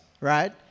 right